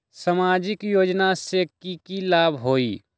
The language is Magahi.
सामाजिक योजना से की की लाभ होई?